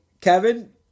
Kevin